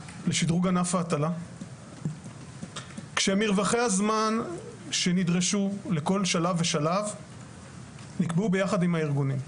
לשדרוג ענף ההטלה כשמרווחי הזמן שנדרשו לכל שלב נקבעו ביחד עם הארגונים.